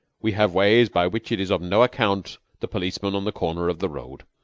we have ways by which it is of no account the policeman on the corner of the road.